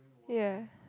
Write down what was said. ya